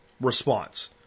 response